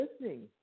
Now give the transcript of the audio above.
listening